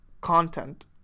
content